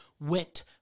went